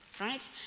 right